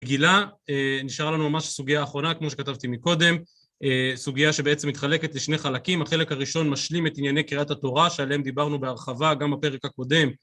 גילה, נשארה לנו ממש סוגיה אחרונה כמו שכתבתי מקודם, סוגיה שבעצם מתחלקת לשני חלקים, החלק הראשון משלים את ענייני קריאת התורה שעליהם דיברנו בהרחבה, גם בפרק הקודם